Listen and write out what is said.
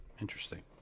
interesting